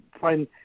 find